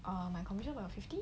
um my commission about fifty